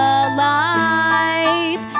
alive